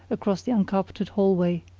across the uncarpeted hallway.